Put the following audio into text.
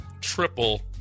triple